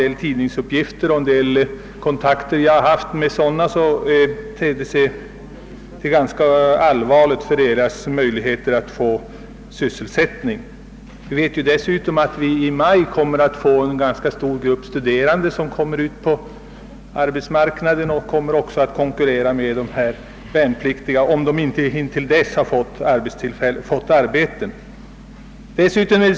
Av tidningsuppgifter och av kontakter som jag haft har framgått att utsikterna för dem att få sysselsättning ter sig ganska mörka. Dessutom kommer i maj en rätt stor grupp studerande ut på arbetsmarknaden och konkurrerar också de med dessa värnpliktiga om de inte dessförinnan fått arbete.